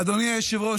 אדוני היושב-ראש,